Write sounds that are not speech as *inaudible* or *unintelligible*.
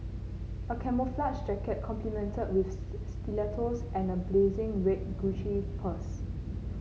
a camouflages jacket complemented with *unintelligible* stilettos and a blazing red Gucci purse